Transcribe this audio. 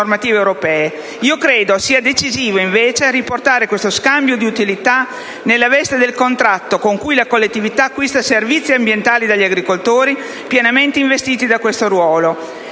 Credo sia invece decisivo riportare questo scambio di utilità nella veste del contratto con cui la collettività acquista servizi ambientali da agricoltori pienamente investiti da questo ruolo.